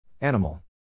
Animal